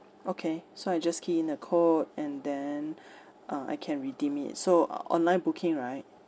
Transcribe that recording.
okay so I just key in the code and then uh I can redeem it so uh online booking right